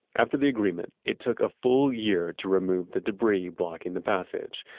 after the agreement, it took a full year to remove the debris blocking the passage.